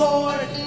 Lord